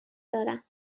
دارم